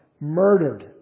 murdered